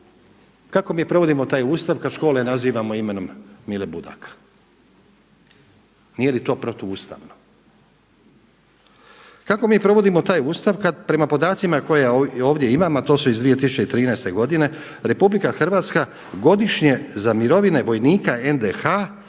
kako mi provodimo taj Ustav kada škole nazivamo imenom Mile Budaka? Nije li to protuustavno? Kako mi provodimo taj Ustav kada prema podacima koje ovdje imam a to su iz 2013. godine RH godišnje za mirovine vojnika NDH